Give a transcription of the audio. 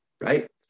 right